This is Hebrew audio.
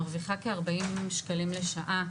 מרוויחה כארבעים שקלים לשעה,